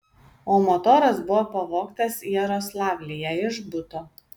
o motoras buvo pavogtas jaroslavlyje iš buto